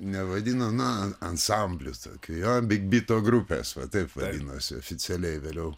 nevadino na ansambliu tokiu bitbito grupės va taip vadinosi oficialiai vėliau